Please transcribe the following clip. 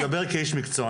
אני מדבר כאיש מקצוע.